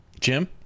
Jim